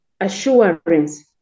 assurance